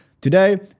Today